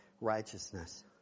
righteousness